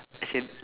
action